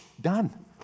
done